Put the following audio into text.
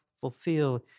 fulfilled